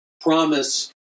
promise